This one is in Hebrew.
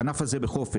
הענף הזה בחופש.